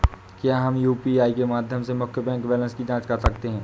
क्या हम यू.पी.आई के माध्यम से मुख्य बैंक बैलेंस की जाँच कर सकते हैं?